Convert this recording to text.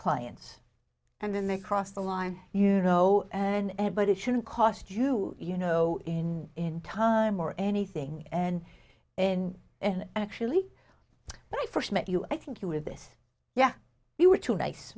clients and then they cross the line you know and but it shouldn't cost you you know in in time or anything and and and actually when i first met you i think you were this yeah you were too nice